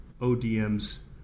ODMs